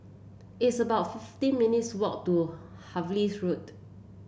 it's about fifteen minutes' walk to Harvey Road